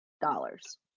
dollars